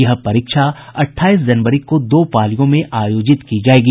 यह परीक्षा अठाईस जनवरी को दो पालियों में आयोजित की जायेगी